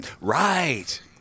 Right